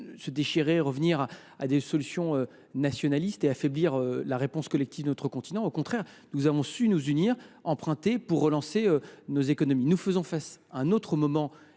déchirer, revenir à des solutions nationalistes et affaiblir la réponse collective de notre continent. Au contraire, nous avons su nous unir et emprunter pour relancer nos économies. Nous faisons face aujourd’hui à un autre moment